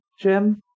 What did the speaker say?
Jim